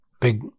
big